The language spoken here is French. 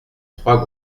trois